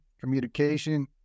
communication